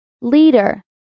Leader